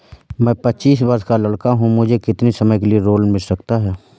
मैं पच्चीस वर्ष का लड़का हूँ मुझे कितनी समय के लिए लोन मिल सकता है?